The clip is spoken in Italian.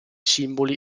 simboli